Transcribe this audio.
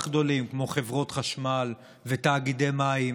גדולים כמו חברות חשמל ותאגידי המים